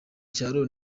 cyaro